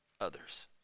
others